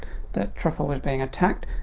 that truffle was being attacked.